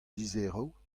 lizheroù